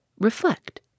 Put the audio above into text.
Reflect